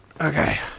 Okay